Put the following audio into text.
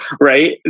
Right